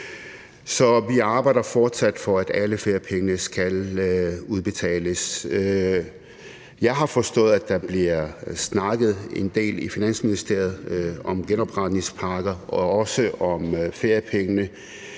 Så vi arbejder fortsat for, at alle feriepengene skal udbetales. Jeg har forstået, at der bliver snakket en del i Finansministeriet om genopretningspakker og også om feriepengene,